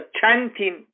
chanting